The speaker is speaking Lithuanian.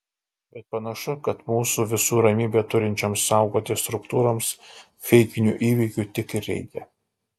bet panašu kad mūsų visų ramybę turinčioms saugoti struktūroms feikinių įvykių tik ir reikia